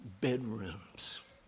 bedrooms